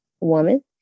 woman